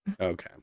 Okay